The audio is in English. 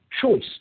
choice